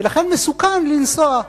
ולכן מסוכן לנסוע.